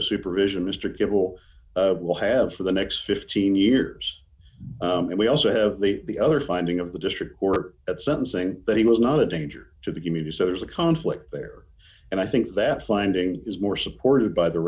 of supervision mr kimball will have for the next fifteen years and we also have leave the other finding of the district court at some saying that he was not a danger to the community so there's a conflict there and i think that finding is more supported by the